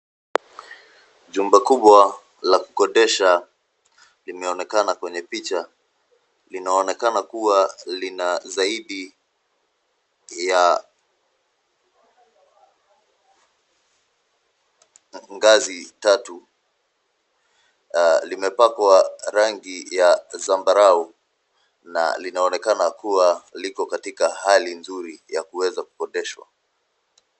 Jumba kubwa la kukodesha limeonekana kwenye picha, linaonekana kuwa lina zaidi ya ngazi tatu na limepakwa rangi ya zambarau na linaonekana kuwa liko katika hali nzuri ya kuweza kukodeshwa.